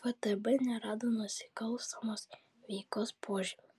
ftb nerado nusikalstamos veikos požymių